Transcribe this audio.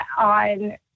on